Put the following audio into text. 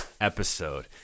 episode